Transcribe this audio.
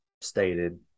stated